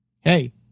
Hey